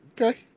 Okay